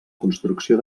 construcció